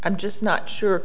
i'm just not sure